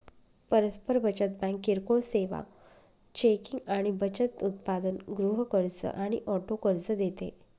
परस्पर बचत बँक किरकोळ सेवा, चेकिंग आणि बचत उत्पादन, गृह कर्ज आणि ऑटो कर्ज देते